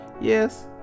Yes